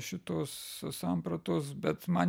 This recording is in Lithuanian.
šitos sampratos bet man